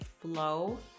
flow